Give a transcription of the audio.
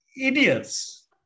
idiots